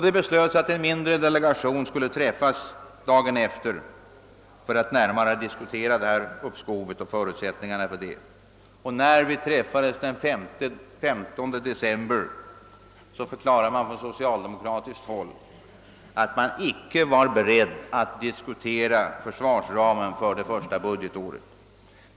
Det beslöts att en mindre delegation skulle träffas dagen efteråt för att närmare diskutera uppskovet. När vi träffades den 15 december förklarade emellertid socialdemokraterna att de inte var beredda att diskutera försvarsramen för det första budgetåret.